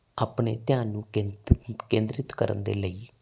ਆਪਣੇ ਧਿਆਨ ਨੂੰ ਕੇਂਦਰਿਤ ਕਰਨ ਦੇ ਲਈ